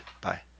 Bye